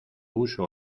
huso